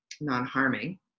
non-harming